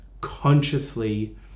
consciously